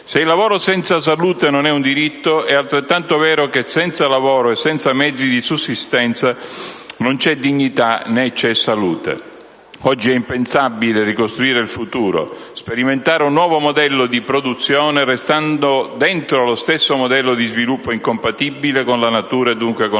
Se il lavoro senza salute non è un diritto, è altrettanto vero che senza lavoro e senza mezzi di sussistenza non c'è dignità né c'è salute. Oggi è impensabile ricostruire il futuro, sperimentare un nuovo modello di produzione restando dentro lo stesso modello di sviluppo, incompatibile con la natura e dunque con la vita.